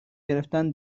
گرفتن